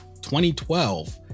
2012